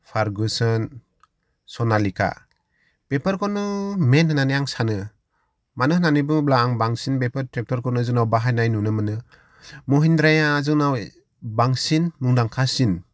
Ferguson Sonalika बेफोरखौनो मेन होन्नानो आं सानो मानो होन्नानै बुङोब्ला आं बांसिन बेफोर ट्रेक्टरखौनो जोंनाव बाहायनाय नुनो मोनो महिन्द्राया जोंनाव बांसिन मुंदांखासिन